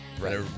Right